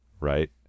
right